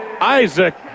Isaac